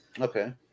Okay